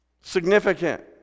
Significant